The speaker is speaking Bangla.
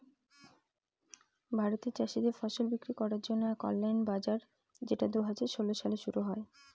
ভারতে চাষীদের ফসল বিক্রি করার জন্য এক অনলাইন বাজার যেটা দুই হাজার ষোলো সালে শুরু হয়